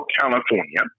California